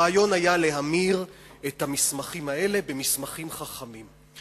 הרעיון היה להמיר את המסמכים האלה במסמכים חכמים.